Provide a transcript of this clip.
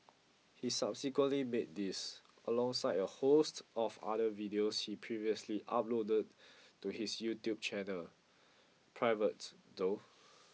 he subsequently made these alongside a host of other videos he previously uploaded to his YouTube channel private though